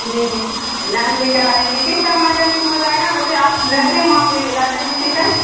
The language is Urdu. جی جی ہم لے کر آ جائیں گے کس ٹائم آ جائیں گے تو ہو جائے گا ویسے آپ رہتے ہیں یہاں پہ لائیبریری میں کس ٹائم